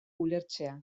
ulertzea